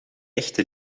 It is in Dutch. echte